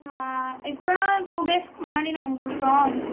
ஆ இப்போ தான் டூ டேஸ்க்கு முன்னாடி நாங்கள் கொடுத்தோம்